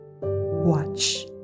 watch